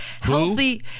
healthy